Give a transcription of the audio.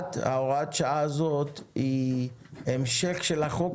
אבל הוראת השעה הזאת היא המשך החוק הזה.